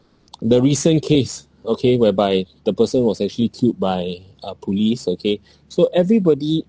the recent case okay whereby the person was actually killed by uh police okay so everybody